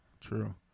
true